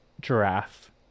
giraffe